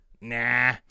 nah